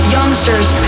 Youngsters